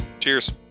Cheers